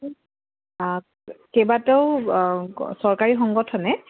কেইবাটাও চৰকাৰী সংগঠনে